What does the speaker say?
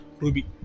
Ruby